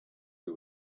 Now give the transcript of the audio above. who